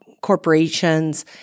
corporations